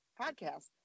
podcast